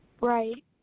Right